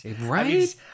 right